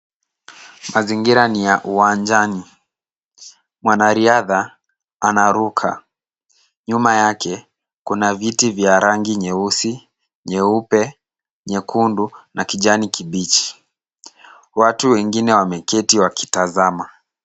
Mazingira ni ya uwanjani. Mwanariadha anaruka, nyuma yake kuna viti vya rangi nyeusi, nyeupe, nyekundu na kijani kibichi. Watu wengine wameketi wakitazama.